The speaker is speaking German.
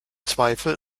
zweifel